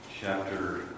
chapter